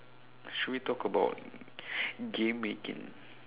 should we talk about game making